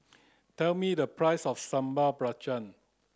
tell me the price of Sambal Belacan